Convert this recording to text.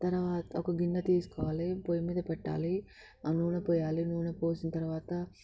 తర్వాత ఒక గిన్నె తీసుకోవాలి పొయ్యి మీద పెట్టాలి ఆ నూనె పోయాలి నూనె పోసిన తర్వాత